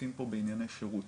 עוסקים פה בענייני שירות,